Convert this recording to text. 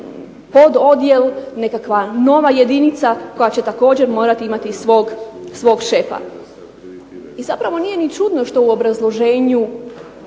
pododjel, nekakva nova jedinica koja će morati imati svog šefa. Zapravo nije ni čudno što u svom obrazloženju